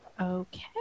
okay